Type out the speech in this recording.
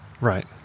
Right